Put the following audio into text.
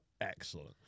excellent